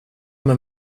med